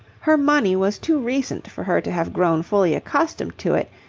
her money was too recent for her to have grown fully accustomed to it,